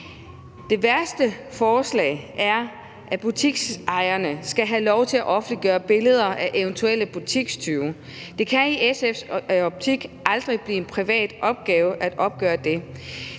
Det værste ved forslaget er, at butiksejerne skal have lov til at offentliggøre billeder af eventuelle butikstyve. Det kan i SF's optik aldrig blive en privat opgave at gøre det.